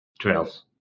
trails